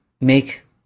make